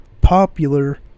popular